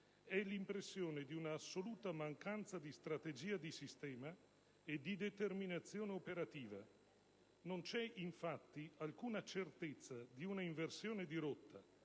è l'impressione di una assoluta mancanza di strategia di sistema e di determinazione operativa. Non c'è, infatti, alcuna certezza di una inversione di rotta